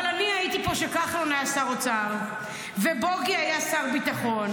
אבל אני הייתי פה כשכחלון היה שר האוצר ובוגי היה שר הביטחון,